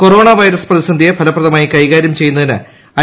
corona virus പ്രതിസന്ധിയെ ഫലപ്രദമായി കൈകാര്യം ചെയ്യുന്നതിന് ഐ